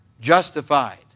justified